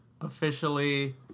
officially